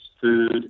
food